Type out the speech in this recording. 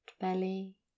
belly